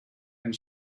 and